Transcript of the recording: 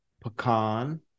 Pecan